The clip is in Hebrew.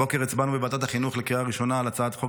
הבוקר הצבענו בוועדת החינוך בקריאה ראשונה על הצעת חוק